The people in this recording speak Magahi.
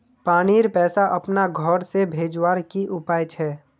पानीर पैसा अपना घोर से भेजवार की उपाय छे?